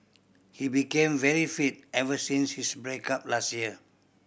he became very fit ever since his break up last year